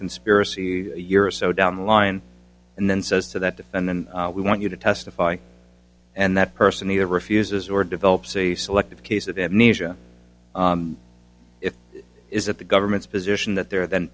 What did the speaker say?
conspiracy a year or so down the line and then says to that defendant we want you to testify and that person either refuses or develops a selective case of amnesia it is that the government's position that they're then